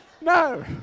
No